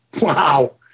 Wow